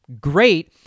great